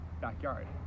backyard